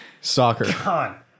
soccer